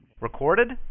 Recorded